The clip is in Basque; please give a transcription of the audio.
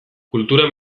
kultura